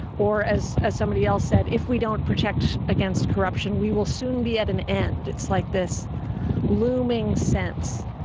or as as somebody else said, if we don't protect against corruption we will soon be at an end. it's like this looming sense.